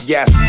Yes